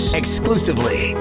exclusively